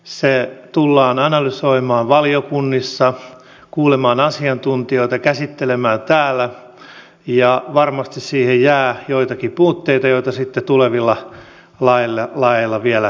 se tullaan analysoimaan valiokunnissa tullaan kuulemaan asiantuntijoita se tullaan käsittelemään täällä ja varmasti siihen jää joitakin puutteita joita sitten tulevilla laeilla vielä täydennetään